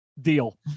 Deal